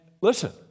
listen